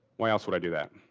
what else would i do that?